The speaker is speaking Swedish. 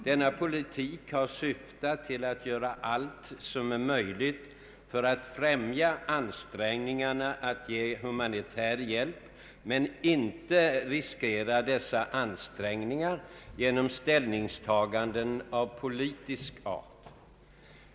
Denna politik har syftat till att göra allt som är möjligt för att främja ansträngningarna att ge humanitär hjälp men inte riskera dessa ansträngningar genom ställningstaganden av politisk art.